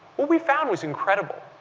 what we found was incredible.